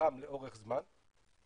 מפחם לאורך זמן,